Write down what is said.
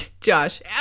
josh